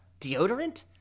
deodorant